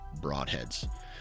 Broadheads